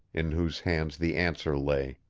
in whose hands the answer lay.